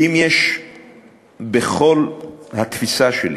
כי אם יש בכל התפיסה שלי,